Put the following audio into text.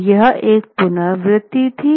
तो यह एक पुनरावृत्ति है